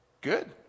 Good